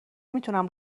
میتونم